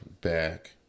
back